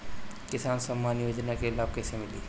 किसान सम्मान योजना के लाभ कैसे मिली?